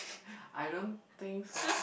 I don't think so